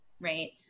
right